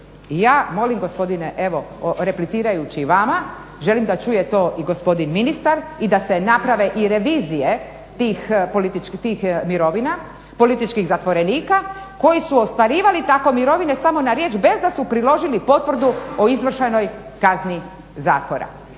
Ja molim gospodine, evo replicirajući vama želim da čujete to i gospodin ministar i da se naprave i revizije tih mirovina političkih zatvorenika koji su ostvarivali tako mirovine samo na riječ bez da su priložili potvrdu o izvršenoj kazni zatvora.